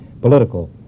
political